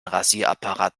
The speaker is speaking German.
rasierapparat